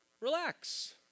Relax